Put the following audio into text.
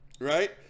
Right